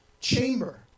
chamber